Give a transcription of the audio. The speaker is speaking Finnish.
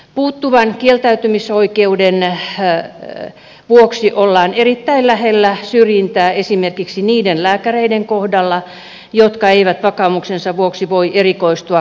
puuttuvan kieltäytymisoikeuden vuoksi ollaan erittäin lähellä syrjintää esimerkiksi niiden lääkäreiden kohdalla jotka eivät vakaumuksensa vuoksi voi erikoistua gynekologiaan